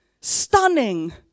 stunning